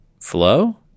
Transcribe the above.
flow